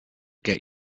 get